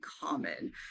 common